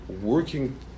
working